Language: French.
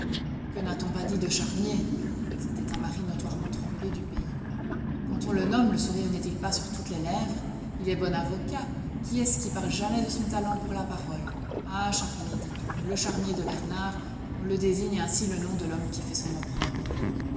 que n'a-t-on pas dit de charmier c'était un mari notoirement trompé du pays quand on le nomme le sourire n'est-il pas sur toutes les lèvres il est bon avocat qui est-ce qui parle jamais de son talent pour la parole ah charmier dit-on le charmier de bernard on le désigne ainsi le nom de l'homme qui fait son opprobre